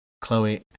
Chloe